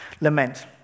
Lament